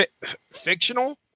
Fictional